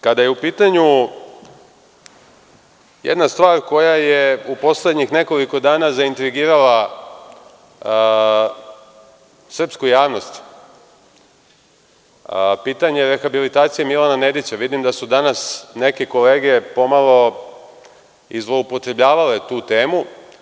Kada je u pitanju jedna stvar koja je u poslednjih nekoliko dana zaintrgirala srpsku javnost, pitanje rehabilitacije Milana Nedića, vidim da su danas neke kolege pomalo i zloupotrebljavale tu temu.